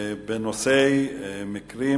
מקרים